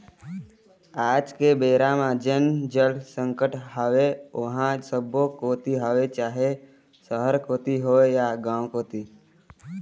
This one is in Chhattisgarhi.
आज के बेरा म जेन जल संकट हवय ओहा सब्बो कोती हवय चाहे सहर कोती होय या गाँव कोती